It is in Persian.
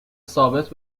ثابت